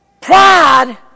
pride